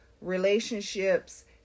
relationships